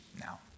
now